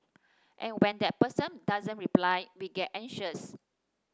and when that person doesn't reply we get anxious